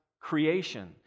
creation